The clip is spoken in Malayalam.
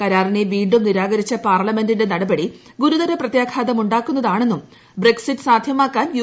കരാറിനെ വീണ്ടും നിരാകരിച്ച പാർലമെന്റിന്റെ നടപടി ഗുരുതര പ്രത്യാഘാതം ഉണ്ടാക്കുന്നതാണെന്നും ബ്രക്സിറ്റ് സാധ്യമാക്കാൻ യു